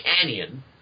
canyon